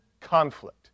conflict